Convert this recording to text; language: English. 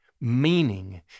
Meaning